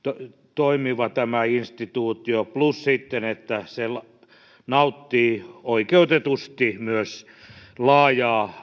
toimiva tämä instituutio plus että se nauttii oikeutetusti myös laajaa